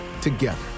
together